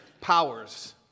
powers